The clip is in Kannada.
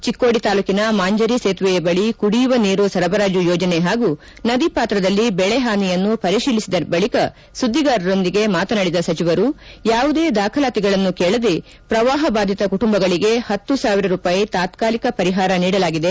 ಚಿಕ್ಕೋಡಿ ತಾಲ್ಲೂಕಿನ ಮಾಂಜರಿ ಸೇತುವೆಯ ಬಳಿ ಕುಡಿಯುವ ನೀರು ಸರಬರಾಜು ಯೋಜನೆ ಹಾಗೂ ನದಿಪಾತ್ರದಲ್ಲಿ ಬೆಳೆಹಾನಿಯನ್ನು ಪರಿಶೀಲಿಸಿದ ಬಳಿಕ ಸುದ್ದಿಗಾರರೊಂದಿಗೆ ಮಾತನಾಡಿದ ಸಚಿವರು ಯಾವುದೇ ದಾಖಲಾತಿಗಳನ್ನು ಕೇಳದೆ ಪ್ರವಾಹಬಾಧಿತ ಕುಟುಂಬಗಳಿಗೆ ಹತ್ತು ಸಾವಿರ ರೂಪಾಯಿ ತಾತ್ಕಾಲಿಕ ಪರಿಹಾರ ನೀಡಲಾಗಿದೆ